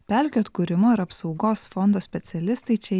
pelkių atkūrimo ir apsaugos fondo specialistai čia